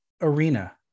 arena